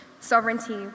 Sovereignty